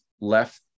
left